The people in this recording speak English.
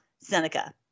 Seneca